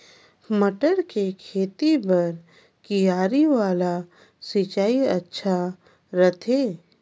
मटर के खेती बर क्यारी वाला सिंचाई अच्छा रथे?